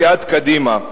סיעת קדימה.